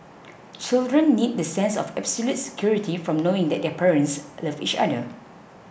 children need the sense of absolute security from knowing that their parents love each other